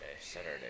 Saturday